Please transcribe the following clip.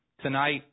Tonight